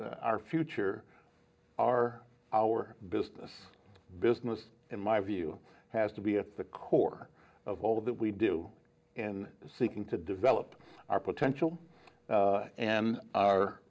and our future are our business business in my view has to be at the core of all that we do in seeking to develop our potential and our